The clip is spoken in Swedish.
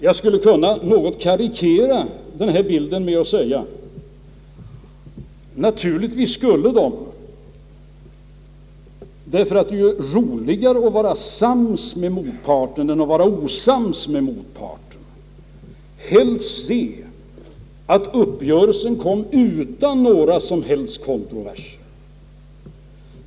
Jag skulle kunna något karikera bilden med att säga att det naturligtvis skulle vara roligare att vara sams med motparten än att vara osams och att man därför helst skulle se att en uppgörelse träffades utan några som helst kontroverser.